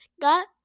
got